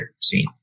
scene